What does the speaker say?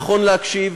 נכון להקשיב,